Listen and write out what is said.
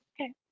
Okay